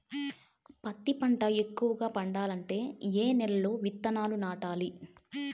పత్తి పంట ఎక్కువగా పండాలంటే ఏ నెల లో విత్తనాలు నాటాలి?